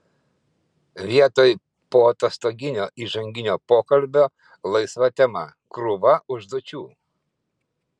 vietoj poatostoginio įžanginio pokalbio laisva tema krūva užduočių